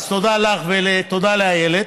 אז תודה לך ותודה לאיילת,